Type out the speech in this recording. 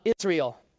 Israel